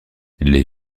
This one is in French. les